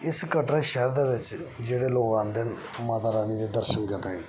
इस कटड़ा शैह्र दे बिच जेह्ड़े लोग आंदे न माता रानी दे दर्शन करने गी